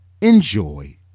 enjoy